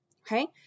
Okay